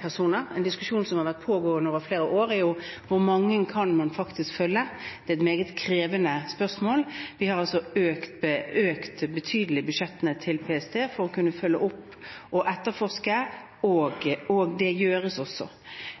personer. En diskusjon som har vært pågående over flere år, er hvor mange man faktisk kan følge. Det er et meget krevende spørsmål. Vi har altså økt budsjettene til PST betydelig for å kunne følge opp og etterforske, og det gjøres også.